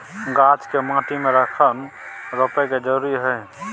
गाछ के माटी में कखन रोपय के जरुरी हय?